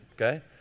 Okay